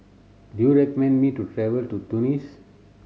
do you recommend me to travel to Tunis